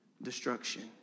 Destruction